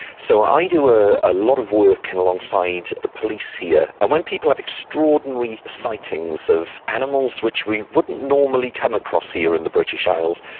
so i do a ah lot of work and alongside the police here and when people have extraordinary sightings of animals which we wouldn't normally come ah cross here in the british isles,